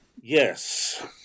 yes